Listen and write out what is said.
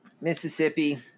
mississippi